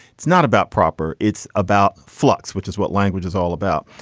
it's not about proper, it's about flux, which is what language is all about.